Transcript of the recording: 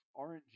rng